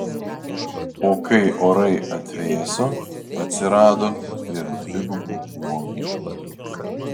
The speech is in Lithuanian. o kai orai atvėso atsirado ir dvigubų uogų